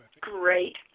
Great